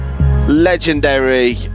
Legendary